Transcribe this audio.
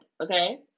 okay